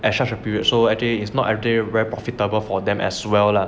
at such a period so actually it's not everything very profitable for them as well lah